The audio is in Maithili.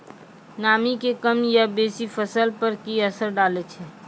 नामी के कम या बेसी फसल पर की असर डाले छै?